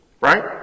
Right